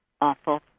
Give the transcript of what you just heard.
awful